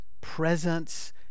presence